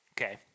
Okay